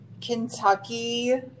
Kentucky